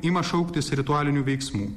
ima šauktis ritualinių veiksmų